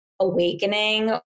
awakening